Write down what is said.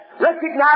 recognize